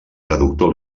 traductor